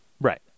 Right